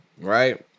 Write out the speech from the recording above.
right